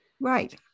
Right